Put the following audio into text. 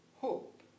Hope